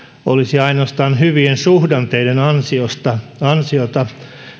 olisi ainoastaan hyvien suhdanteiden ansiota ansiota